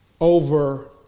over